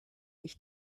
ich